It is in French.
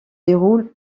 déroule